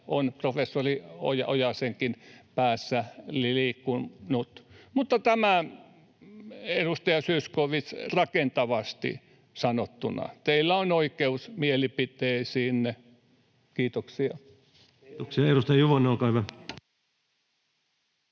on professori Ojasenkin päässä liikkunut. Mutta tämä, edustaja Zyskowicz, rakentavasti sanottuna. Teillä on oikeus mielipiteisiinne. — Kiitoksia. [Speech 35] Speaker: